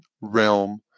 realm